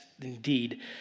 indeed